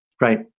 Right